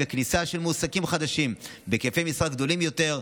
וכניסה של מועסקים חדשים בהיקפי משרה גדולים יותר,